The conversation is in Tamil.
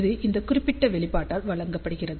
அது இந்த குறிப்பிட்ட வெளிப்பாடால் வழங்கப்படுகிறது